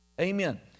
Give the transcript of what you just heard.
Amen